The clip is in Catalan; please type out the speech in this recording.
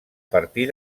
partir